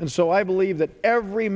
and so i believe that every